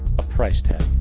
a price tag.